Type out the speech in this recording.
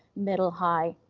middle, high,